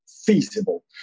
feasible